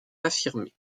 affirmée